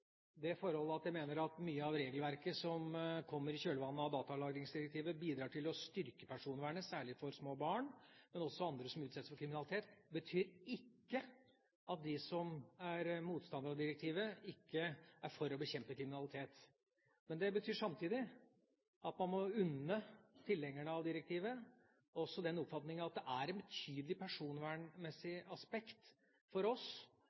det forhold at jeg mener at mye av regelverket som kommer i kjølvannet av datalagringsdirektivet, bidrar til å styrke personvernet, særlig for små barn, men også andre som utsettes for kriminalitet, betyr ikke at de som er motstandere av direktivet, ikke er for å bekjempe kriminalitet. Men det betyr samtidig at man også må unne tilhengerne av direktivet den oppfatning at det er et betydelig personvernmessig aspekt for oss